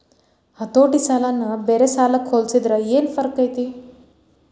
ಹತೋಟಿ ಸಾಲನ ಬ್ಯಾರೆ ಸಾಲಕ್ಕ ಹೊಲ್ಸಿದ್ರ ಯೆನ್ ಫರ್ಕೈತಿ?